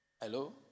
Hello